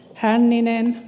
hänninen